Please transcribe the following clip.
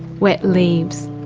wet leaves,